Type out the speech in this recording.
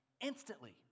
instantly